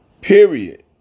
Period